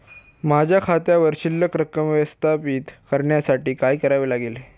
माझ्या खात्यावर शिल्लक रक्कम व्यवस्थापित करण्यासाठी काय करावे लागेल?